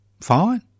fine